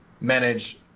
manage